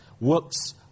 works